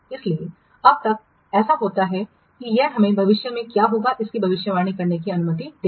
इसलिए अब तक ऐसा होता है और यह हमें भविष्य में क्या होगा इसकी भविष्यवाणी करने की अनुमति देगा